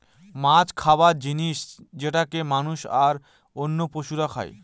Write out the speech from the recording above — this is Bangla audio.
মাছ খাবার জিনিস যেটাকে মানুষ, আর অন্য পশুরা খাই